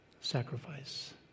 sacrifice